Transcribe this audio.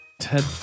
Ted